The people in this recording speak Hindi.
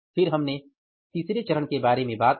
फिर हमने तीसरे चरण के बारे में बात की